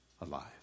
alive